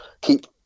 keep